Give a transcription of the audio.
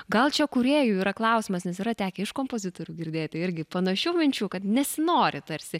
gal čia kūrėjų yra klausimas nes yra tekę iš kompozitorių girdėti irgi panašių minčių kad nesinori tarsi